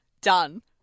Done